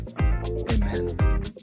amen